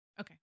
Okay